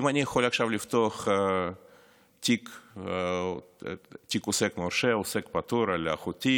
האם אני יכול עכשיו לפתוח תיק עוסק מורשה או עוסק פטור על אחותי,